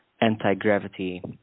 anti-gravity